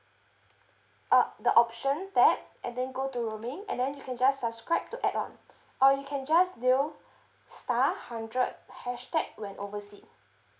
uh the option tab and then go to roaming and then you can just subscribe to add on or you can just dial star hundred hashtag when overseas